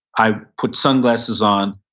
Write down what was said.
i put sunglasses on,